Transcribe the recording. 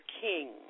King